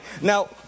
Now